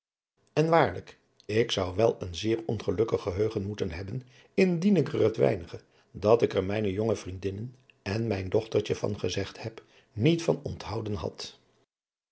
en waarlijk ik zou wel een zeer ongelukkig geheugen moeten hebben indien ik er het weinige dat ik er mijne jonge vriendinnen en mijn dochtertje van gezegd heb niet van onthouden had